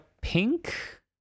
pink